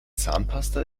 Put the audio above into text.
zahnpasta